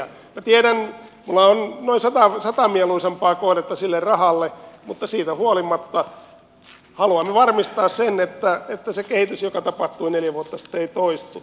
minä tiedän minulla on noin sata mieluisampaa kohdetta sille rahalle mutta siitä huolimatta haluan varmistaa sen että se kehitys joka tapahtui neljä vuotta sitten ei toistu